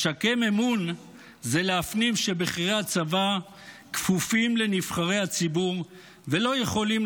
לשקם אמון זה להפנים שבכירי הצבא כפופים לנבחרי הציבור ולא יכולים